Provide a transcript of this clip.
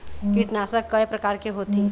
कीटनाशक कय प्रकार के होथे?